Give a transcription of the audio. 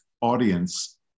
audience